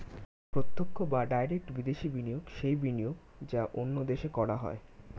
প্রত্যক্ষ বা ডাইরেক্ট বিদেশি বিনিয়োগ সেই বিনিয়োগ যা অন্য দেশে করা হয়